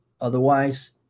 otherwise